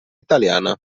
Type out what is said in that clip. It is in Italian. italiana